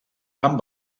amb